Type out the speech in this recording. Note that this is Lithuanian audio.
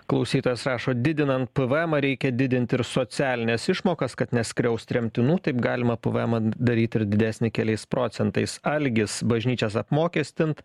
klausytojas rašo didinant pvemą reikia didinti ir socialines išmokas kad neskriaust remtinų taip galima pvemą daryt ir didesnį keliais procentais algis bažnyčias apmokestint